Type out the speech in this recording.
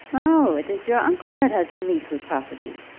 oh, it is your uncle that has the leetle property.